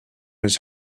his